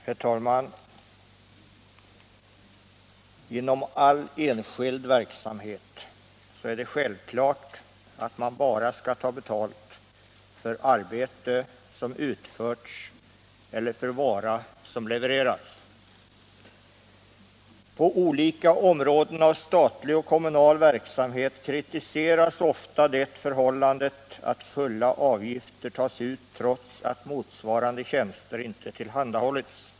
Herr talman! ”Inom all enskild verksamhet är det självklart att man bara skall ta betalt för arbete som utförts eller för vara som levererats. På olika områden av statlig och kommunal verksamhet kritiseras ofta det förhållandet att fulla avgifter tas ut trots att motsvarande tjänster inte tillhandahålls.